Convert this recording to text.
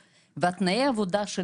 ומטופלים יהיו עם מזרנים על